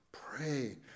Pray